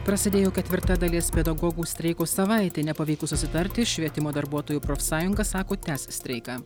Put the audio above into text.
prasidėjo ketvirta dalies pedagogų streikų savaitė nepavykus susitarti švietimo darbuotojų profsąjunga sako tęs streiką